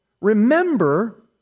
remember